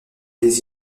des